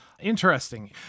interesting